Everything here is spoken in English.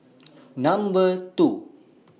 Number two